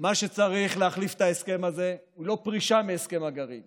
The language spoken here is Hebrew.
מה שצריך להחליף את ההסכם הזה הוא לא פרישה מהסכם הגרעין